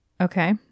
Okay